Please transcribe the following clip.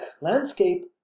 landscape